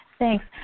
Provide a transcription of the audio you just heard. Thanks